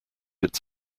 its